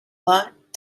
lot